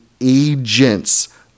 agents